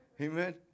Amen